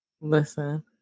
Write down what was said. listen